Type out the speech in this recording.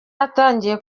atangiye